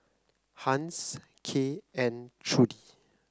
Hans Kay and Trudie